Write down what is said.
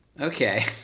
okay